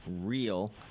real